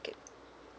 okay